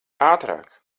ātrāk